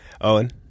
Owen